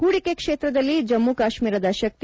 ಹೂದಿಕೆ ಕ್ಷೇತ್ರದಲ್ಲಿ ಜಮ್ಮು ಕಾಶ್ಮೀರದ ಶಕ್ತಿ